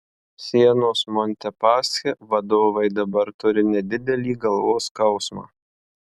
sienos montepaschi vadovai dabar turi nedidelį galvos skausmą